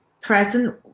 present